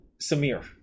samir